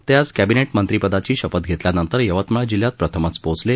ते आज कॅबिनेट मंत्रिपदाची शपथ घेतल्यानंतर यवतमाळ जिल्ह्यात प्रथमच पोहोचले